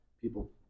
people